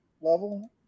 level